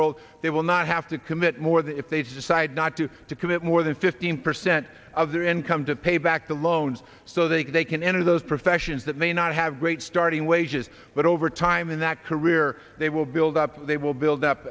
world they will not have to commit more than if they decide not to to commit more than fifteen percent of their income to pay back the loans so they can enter those professions that may not have great starting wages but over time in that career they will build up they will build up